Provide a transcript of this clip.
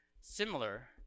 Similar